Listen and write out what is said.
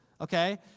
okay